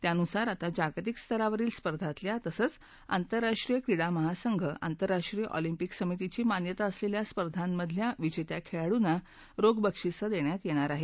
त्यानुसार आता जागतिक स्तरावरील स्पर्धातल्या तसंच आंतरराष्ट्रीय क्रीडा महासंघ आंतरराष्ट्रीय ऑलम्पिक समितीची मान्यता असलेल्या स्पर्धांमधल्या विजेत्या खेळाडूंना रोख बक्षिसं देण्यात येणार आहेत